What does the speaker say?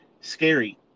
scary